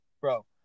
bro